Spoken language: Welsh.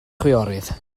chwiorydd